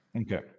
Okay